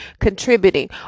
contributing